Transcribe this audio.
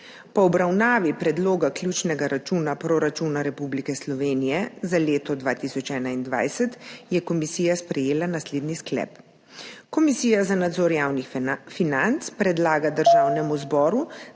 Po obravnavi Predloga zaključnega računa proračuna Republike Slovenije za leto 2021 je komisija sprejela naslednji sklep: Komisija za nadzor javnih financ predlaga Državnemu zboru,